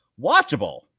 Watchable